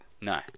no